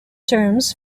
terms